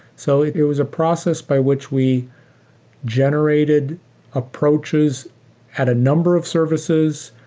so it it was a process by which we generated approaches at a number of services,